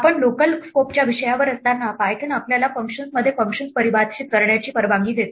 आपण लोकल स्कोपच्या विषयावर असताना पायथन आपल्याला फंक्शन्समध्ये फंक्शन्स परिभाषित करण्याची परवानगी देतो